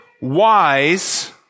wise